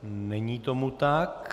Není tomu tak.